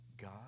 God